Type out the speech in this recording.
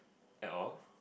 at all